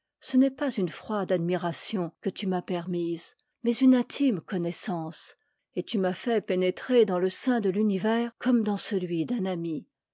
ce n'est pas une froide admiration que tu m'as permise mais une intime connaissance et tu m'as fait pénétrer dans le sein de l'univers comme dans celui d'un ami